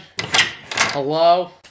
Hello